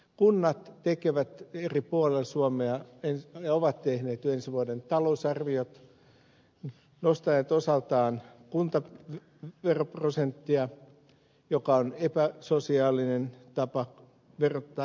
kunnat eri puolilla suomea ovat jo tehneet ensi vuoden talousarviot nostaneet osaltaan kuntaveroprosenttia mikä on epäsosiaalinen tapa verottaa ihmisiä